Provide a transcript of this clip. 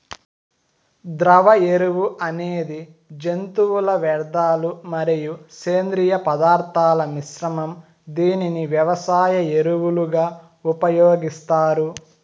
ద్రవ ఎరువు అనేది జంతువుల వ్యర్థాలు మరియు సేంద్రీయ పదార్థాల మిశ్రమం, దీనిని వ్యవసాయ ఎరువులుగా ఉపయోగిస్తారు